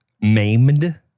maimed